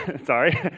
sorry,